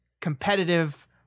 competitive